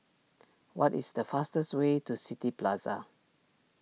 what is the fastest way to City Plaza